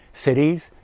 cities